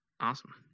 awesome